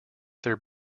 their